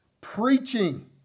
preaching